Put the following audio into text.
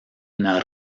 una